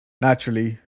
Naturally